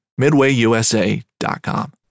midwayusa.com